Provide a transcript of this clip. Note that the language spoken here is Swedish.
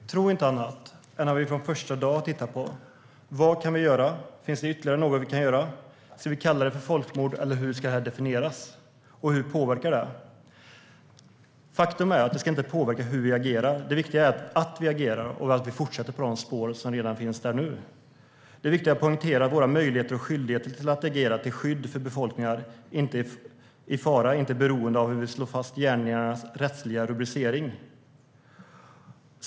Herr talman! Tro inte annat än att vi från första dag har tittat på vad vi kan göra, om det finns ytterligare något vi kan göra, om vi ska kalla det här för folkmord eller hur det ska definieras och hur det påverkar. Faktum är att det inte ska påverka hur vi agerar. Det viktiga är att vi agerar och att vi fortsätter på de spår som redan finns där nu. Det är viktigt att poängtera att våra möjligheter och skyldigheter att agera till skydd för befolkningar i fara inte är beroende av hur vi slår fast gärningarnas rättsliga rubricering.